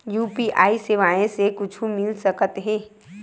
UPI सेवाएं से कुछु मिल सकत हे?